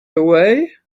away